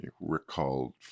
recalled